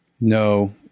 No